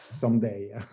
someday